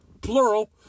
plural